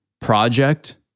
project